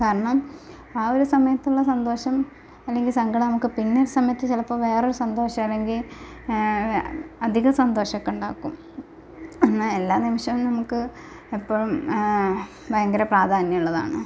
കാരണം ആ ഒരു സമയത്തുള്ള സന്തോഷം അല്ലെങ്കിൽ സങ്കടം നമുക്ക് പിന്നെ ഒരു സമയത്ത് ചിലപ്പം വേറെ ഒരു സന്തോഷം അല്ലെങ്കിൽ അധികം സന്തോഷം ഒക്കെ ഉണ്ടാക്കും എന്നാൽ എല്ലാ നിമിഷവും നമുക്ക് അപ്പം ഭയങ്കര പ്രാധാന്യം ഉള്ളതാണ്